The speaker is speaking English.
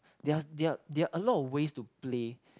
there are there are there are a lot of ways to play